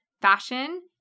fashion